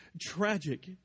tragic